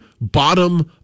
bottom